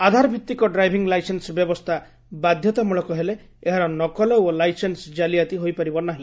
ଆଧାର ଭିତ୍ତିକ driving licence ବ୍ୟବସ୍ରା ବାଧ୍ଧତାମୂଳକ ହେଲେ ଏହାର ନକଲ ଓ ଲାଇସେନ୍ବ କାଲିଆତି ହୋଇପାରିବ ନାହି